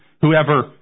whoever